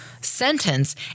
sentence